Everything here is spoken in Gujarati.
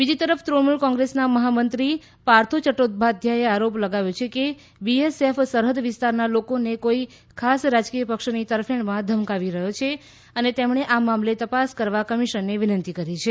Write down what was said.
બીજી તરફ તૃણમુલ કોંગ્રેસના મહામંત્રી પાર્થો ચદ્દોપાધ્યાયે આરોપ લગાવ્યો કે બીએસએફ સરહદ વિસ્તારના લોકોને કોઈ ખાસ રાજકીય પક્ષની તરફેણમાં ધમકાવી રહ્યો છે અને તેઓએ આ મામલે તપાસ કરવા કમિશનને વિનંતી કરી છે